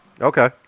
Okay